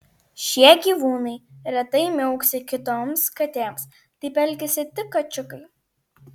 šie gyvūnai retai miauksi kitoms katėms taip elgiasi tik kačiukai